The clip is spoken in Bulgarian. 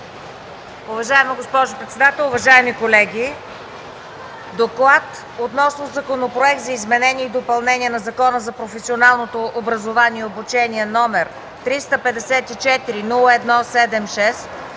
Уважаема госпожо председател, уважаеми колеги! „ДОКЛАД относно Законопроект за изменение и допълнение на Закона за професионалното образование и обучение, № 354-01-76,